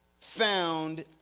found